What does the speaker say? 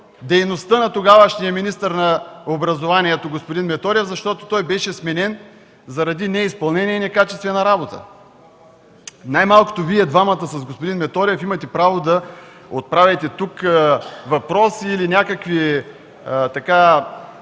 дейността на тогавашния министър на образованието господин Методиев, защото той беше сменен заради неизпълнение и некачествена работа. Най-малкото, Вие двамата с господин Методиев имате право да отправяте тук въпроси или някакви позиции